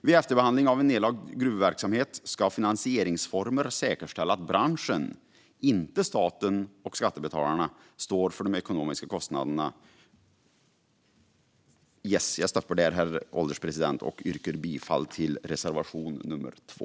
Vid efterbehandling av en nedlagd gruvverksamhet ska finansieringsformer säkerställa att branschen, inte staten och skattebetalarna, står för de ekonomiska kostnaderna. Herr ålderspresident! Jag yrkar bifall till reservation nummer 2.